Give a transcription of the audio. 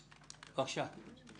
בבקשה.